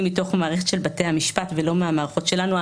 מתוך מערכת של בתי המשפט ולא מהמערכות שלנו.